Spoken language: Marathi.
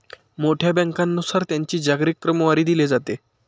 मोठ्या बँकांनुसार त्यांची जागतिक क्रमवारी दिली जाते